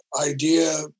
idea